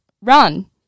run